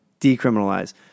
Decriminalize